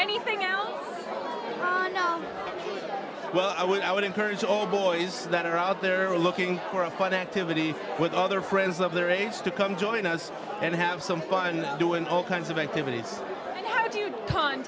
now well i would i would encourage all boys that are out there looking for a fun activity with other friends of their race to come join us and have some fun doing all kinds of activities t